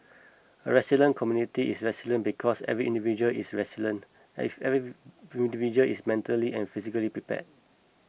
a resilient community is resilient because every individual is resilient if every individual is mentally and physically prepared